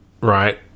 right